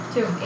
Two